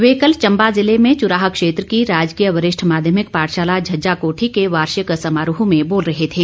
वे कल चंबा ज़िले में चूराह क्षेत्र की राजकीय वरिष्ठ माध्यमिक पाठशाला झज्जा कोठी के वार्षिक समारोह में बोल रहे थे